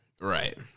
Right